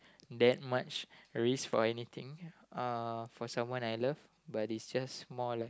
that much risk for anything uh for someone I love but it's just more like